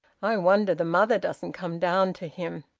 i wonder the mother doesn't come down to him!